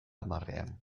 hamarrean